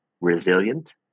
resilient